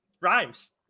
Rhymes